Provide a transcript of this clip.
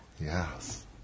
yes